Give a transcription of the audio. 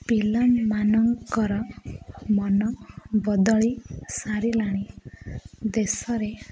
ପିଲାମାନଙ୍କର ମନ ବଦଳି ସାରିଲାଣି ଦେଶରେ